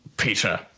Peter